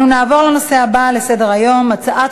אנו נעבור לנושא הבא על סדר-היום: הצעת